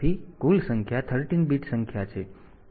તેથી કુલ સંખ્યા 13 બીટ સંખ્યા છે